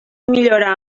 millorar